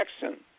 Jackson